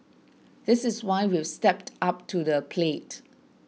this is why we've stepped up to the plate